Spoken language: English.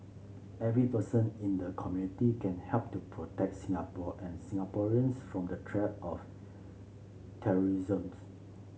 every person in the community can help to protect Singapore and Singaporeans from the threat of terrorism